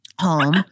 home